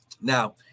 Now